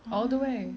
oh